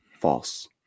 false